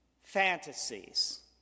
fantasies